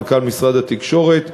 מנכ"ל משרד התקשורת,